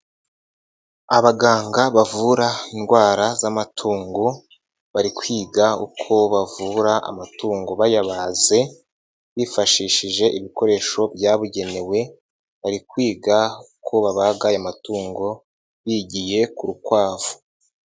Abaganga bavura indwara z'amatungo, bari kwiga uko bavura amatungo bayabaze, bifashishije ibikoresho byabugenewe, bari kwiga ko babaga ayo matungo, bigiye ku rukwavu.